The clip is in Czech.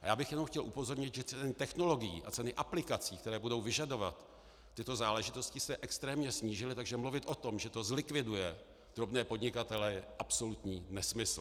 A já bych jenom chtěl upozornit, že ceny technologií a ceny aplikací, které budou vyžadovat tyto záležitosti, se extrémně snížily, takže mluvit o tom, že to zlikviduje drobné podnikatele, je absolutní nesmysl.